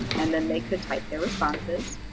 and then they could type their responses,